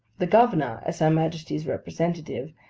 the governor, as her majesty's representative,